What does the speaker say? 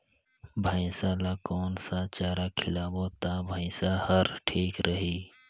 भैसा ला कोन सा चारा खिलाबो ता भैंसा हर ठीक रही?